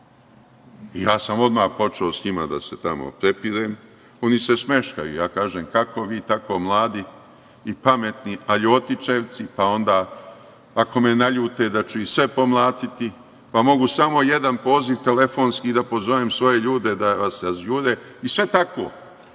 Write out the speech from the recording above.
Ja sam odmah počeo sa njima da se tamo prepirem. Oni se smeškaju. Ja kažem – kako vi tako mladi i pametni, a ljotićevci, pa onda ako me naljute da ću ih sve pomlatiti, pa mogu samo jedan poziv telefonski, da pozovem svoje ljude da vas razjure i sve tako.